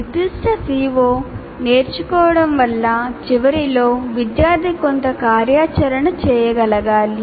నిర్దిష్ట CO నేర్చుకోవడం వల్ల చివరిలో విద్యార్థి కొంత కార్యాచరణ చేయగలగాలి